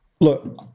Look